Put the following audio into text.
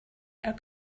are